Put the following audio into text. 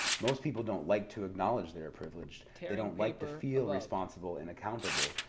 most people don't like to acknowledge they're privileged. they don't like to feel responsible and accountable,